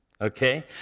okay